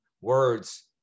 words